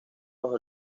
bajo